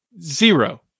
Zero